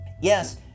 yes